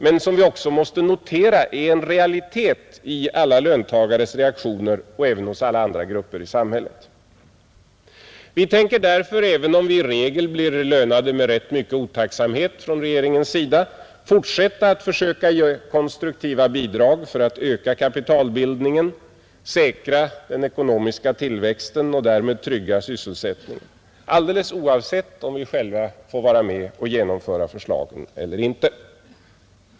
Men vi måste också notera att det är en realitet som ligger till grund för reaktionerna hos alla löntagare — och även alla andra grupper i samhället. Vi tänker därför — även om vi i regel blir lönade med ganska mycket otacksamhet från regeringens sida — fortsätta att försöka ge konstruktiva bidrag för att öka kapitalbildningen, säkra den ekonomiska tillväxten och därmed trygga sysselsättningen — alldeles oavsett om vi själva får vara med och genomföra förslagen.